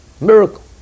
miracle